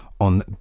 on